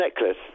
necklace